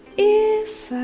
if